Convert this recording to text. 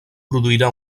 produirà